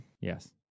Yes